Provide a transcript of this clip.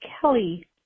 Kelly